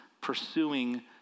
pursuing